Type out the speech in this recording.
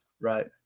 Right